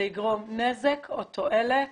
האם זה יגרום נזק או תועלת